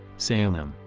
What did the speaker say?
salem,